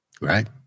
Right